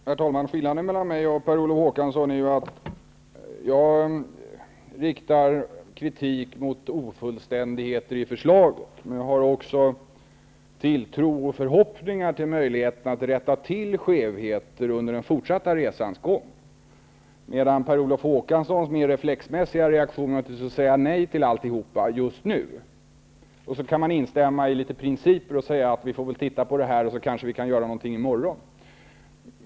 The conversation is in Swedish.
Herr talman! Skillnaden mellan mig och Per Olof Håkansson är ju att jag riktar kritik mot ofullständigheter i förslaget. Men jag har också tilltro och förhoppningar till möjligheterna att rätta till skevheter under den fortsatta resans gång. Per Olof Håkanssons reflexmässiga reaktion är att säga nej till alltihop just nu. Ni kan instämma i litet principer och säga att man får titta på det här så kanske man kan göra något i morgon.